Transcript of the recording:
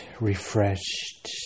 refreshed